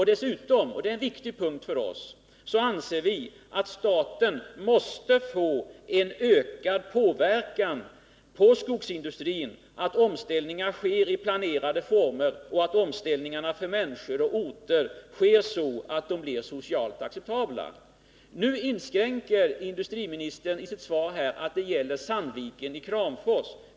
Dessutom — och det är en viktig punkt för oss — anser vi att staten måste få en ökad påverkan på skogsindustrin så att omställningar sker i planerade former och att de för människor och orter sker så att de blir socialt acceptabla. Nu gör plötsligt industriministern ett undantag för Sandviken i Kramfors.